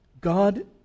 God